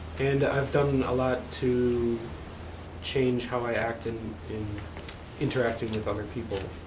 and i've done a lot to change how i act in in interacting with other people